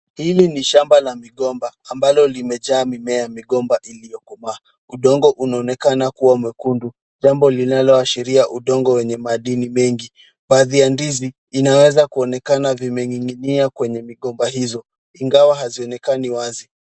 Hili ni shamba la migomba ambalo limejaa mimea ya migomba iliyokomaa. Udongo unaonekana kuwa mwekundu jambo linaloashiria udongo wenye madini mengi. Baadhi ya ndizi inawezakuonekana vimening'inia kwenye migomba hizo ingawa hazionekani wazi.